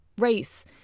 race